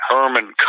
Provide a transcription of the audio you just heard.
Herman